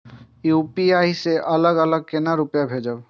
UPI से अलग अलग केना रुपया भेजब